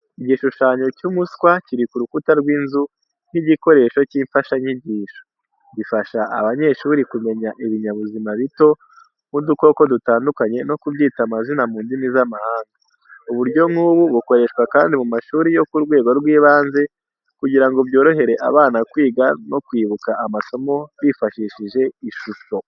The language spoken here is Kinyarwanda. Igishushanyo cy’umuswa kiri ku rukuta rw’inzu nk’igikoresho cy’imfashanyigisho. Gifasha abanyeshuri kumenya ibinyabuzima bito nk’udukoko dutandukanye no kubyita amazina mu ndimi z’amahanga. Uburyo nk’ubu bukoreshwa kandi mu mashuri yo ku rwego rw’ibanze kugira ngo byorohere abana kwiga no kwibuka amasomo bifashishije ishusho.